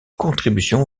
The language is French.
contributions